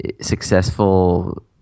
successful